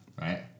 Right